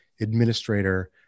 administrator